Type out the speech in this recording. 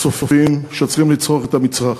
הסופיים, שצריכים לצרוך את המצרך.